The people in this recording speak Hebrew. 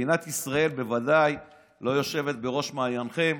מדינת ישראל בוודאי לא יושבת בראש מעייניכם.